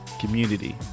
community